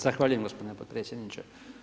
Zahvaljujem gospodine potpredsjedniče.